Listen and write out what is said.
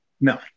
no